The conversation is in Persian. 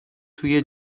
توی